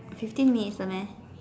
fifteen minutes 了 meh